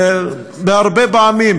הרבה פעמים